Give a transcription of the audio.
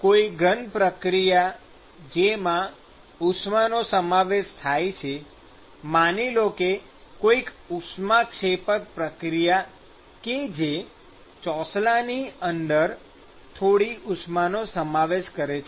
તેથી કોઈ ઘન પ્રક્રિયા જેમાં ઉષ્માનો સમાવેશ થાય છે માની લો કે કોઈક ઉષ્માક્ષેપક પ્રક્રિયા કે જે ચોસલાની અંદર થોડી ઉષ્માનો સમાવેશ કરે છે